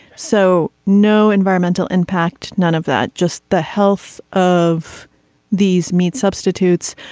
so no environmental impact. none of that just the health of these meat substitutes.